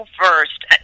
first